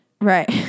Right